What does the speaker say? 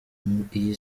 iyi